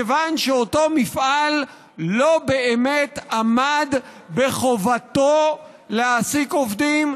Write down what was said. מכיוון שאותו מפעל לא באמת עמד בחובתו להעסיק עובדים,